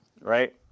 right